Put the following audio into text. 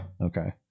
Okay